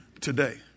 today